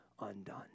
undone